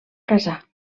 casar